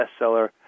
bestseller